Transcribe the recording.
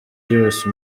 yose